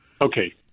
Okay